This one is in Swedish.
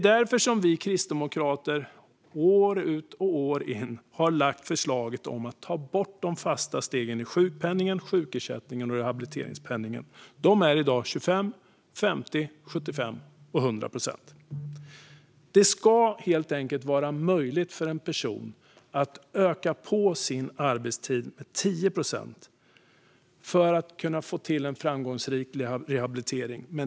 Därför har vi kristdemokrater år ut och år in lagt fram förslag om att ta bort de fasta stegen i sjukpenningen, sjukersättningen och rehabiliteringspenningen. De är i dag 25, 50, 75 och 100 procent. Det ska helt enkelt vara möjligt för en person att öka sin arbetstid med 10 procent för att få till en framgångsrik rehabilitering.